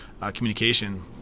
communication